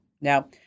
Now